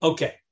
Okay